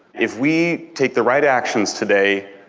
if we take the right actions today,